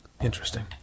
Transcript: interesting